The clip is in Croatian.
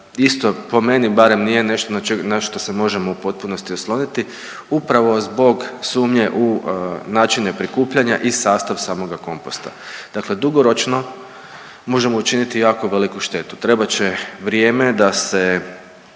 isto po meni barem nije nešto na što se možemo u potpunosti osloniti upravo zbog sumnje u načine prikupljanja i sastav samoga komposta, dakle dugoročno možemo učiniti jako veliku štetu, trebat će vrijeme da se